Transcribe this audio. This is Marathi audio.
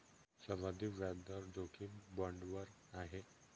सर्वाधिक व्याजदर जोखीम बाँडवर आहे